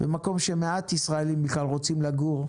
במקום שמעט ישראלים בכלל רוצים לגור.